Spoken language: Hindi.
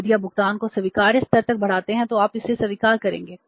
यदि आप भुगतान को स्वीकार्य स्तर तक बढ़ाते हैं तो आप इसे स्वीकार करेंगे